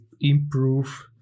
improve